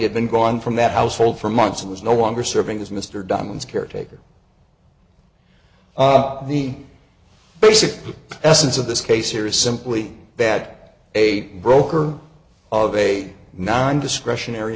had been gone from that household for months and was no longer serving as mr diamond's caretaker the basic essence of this case here is simply bad a broker of a non discretionary